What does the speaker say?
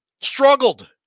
struggled